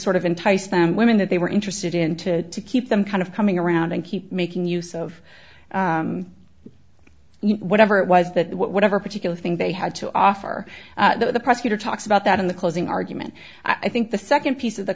sort of entice them women that they were interested in to keep them kind of coming around and keep making use of whatever it was that whatever particular thing they had to offer the prosecutor talks about that in the closing argument i think the second piece of the